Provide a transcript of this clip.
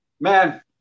man